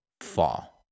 fall